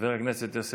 חבר הכנסת אריאל קלנר,